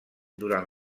durant